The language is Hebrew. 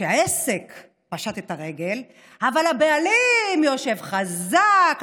שהעסק פשט את הרגל אבל הבעלים יושב חזק,